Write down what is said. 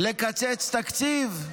לקצץ תקציב?